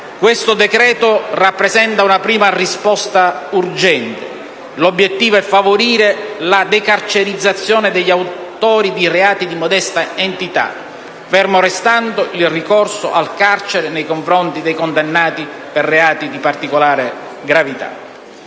Questo decreto rappresenta una prima risposta urgente: l'obiettivo è favorire la decarcerizzazione degli autori di reati di modesta entità, fermo restando il ricorso al carcere nei confronti dei condannati per reati di particolare gravità.